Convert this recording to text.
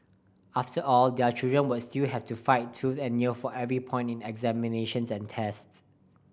after all their children would still have to fight tooth and nail for every point in examinations and tests